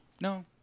No